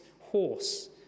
horse